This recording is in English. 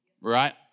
right